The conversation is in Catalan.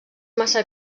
massa